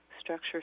structure